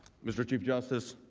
mr. chief justice.